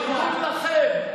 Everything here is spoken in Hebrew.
בניגוד לכם,